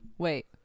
Wait